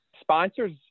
sponsors